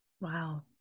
Wow